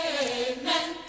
Amen